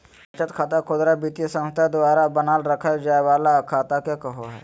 बचत खाता खुदरा वित्तीय संस्था द्वारा बनाल रखय जाय वला खाता के कहो हइ